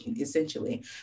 essentially